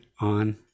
on